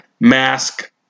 mask